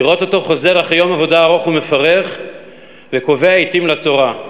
לראות אותו חוזר אחרי יום עבודה ארוך ומפרך וקובע עתים לתורה,